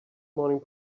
morning